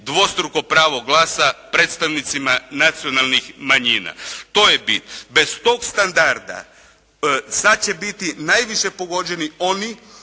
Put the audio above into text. dvostruko pravo glasa predstavnicima nacionalnih manjina. To je bit. Bez tog standarda sad će biti najviše pogođeni oni